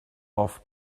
off